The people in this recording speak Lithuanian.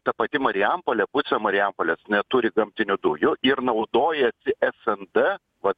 ta pati marijampolė pusė marijampolės neturi gamtinių dujų ir naudojasi es em d vat